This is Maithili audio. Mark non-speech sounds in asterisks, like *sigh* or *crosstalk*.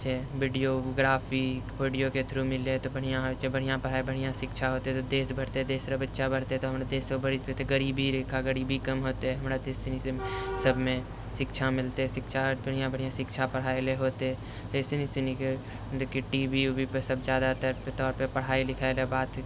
छै वीडियोग्राफी वीडियोके थ्रू मिलै तऽ बढ़िआँ होइ छै बढ़िआँ शिक्षा मिलतै तऽ *unintelligible* गरीबी रेखा गरीबी कम होतै हमरा देश सबमे शिक्षा मिलतै शिक्षा बढ़िआँ बढ़िआँ शिक्षा पढ़ाइ होतै टी वी उवी पे सब जादातर पढ़ाइ लिखाइके बात